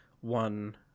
one